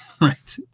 right